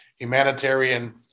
Humanitarian